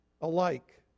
Alike